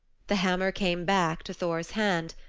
the hammer came back to thor's hand.